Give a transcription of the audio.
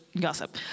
gossip